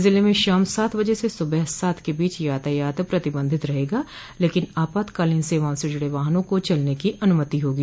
जिले में शाम सात बजे से सुबह सात के बीच यातायात प्रतिबंधित रहेगा लेकिन आपातकालीन सेवाओं से जुड़े वाहनों को चलने की अनुमति होगी